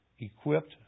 equipped